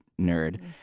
nerd